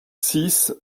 six